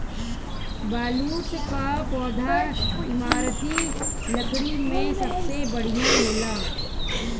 बलूत कअ पौधा इमारती लकड़ी में सबसे बढ़िया होला